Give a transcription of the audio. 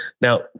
Now